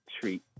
treat